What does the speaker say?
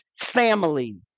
Family